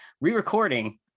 re-recording